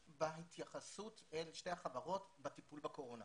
בהתייחסות אל שתי החברות בטיפול בקורונה.